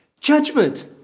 Judgment